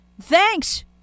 Thanks